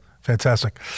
fantastic